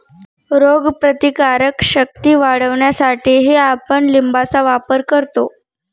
रोगप्रतिकारक शक्ती वाढवण्यासाठीही आपण लिंबाचा वापर करतो